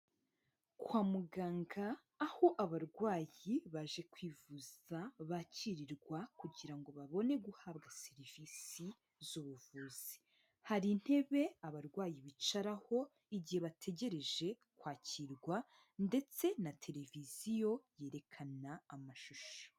Kwa muganga aho abarwayi baje kwivuza bakirirwa kugira ngo babone guhabwa serivisi z'ubuvuzi. Hari intebe abarwayi bicaraho igihe bategereje kwakirwa ndetse na tereviziyo yerekana amashusho.